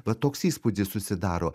va toks įspūdis susidaro